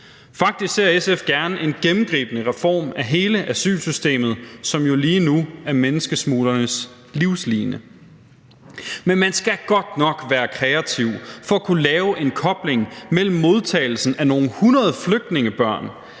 Faktisk ser SF gerne en gennemgribende reform af hele asylsystemet, som jo lige nu er menneskesmuglernes livline. Men man skal godt nok være kreativ for at kunne lave en kobling mellem modtagelsen af nogle hundrede flygtningebørn